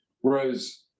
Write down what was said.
whereas